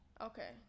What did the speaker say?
okay